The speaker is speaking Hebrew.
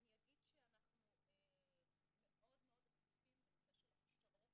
אנחנו מאוד מאוד עסוקים בנושא של הכשרות